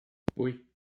oui